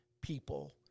people